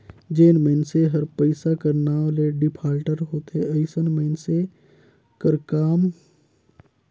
जेन मइनसे हर पइसा कर नांव ले डिफाल्टर होथे अइसन मइनसे कर समाज कर आघु में ओकर बरोबेर इज्जत नी रहि जाए